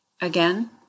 Again